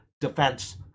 defense